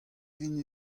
vin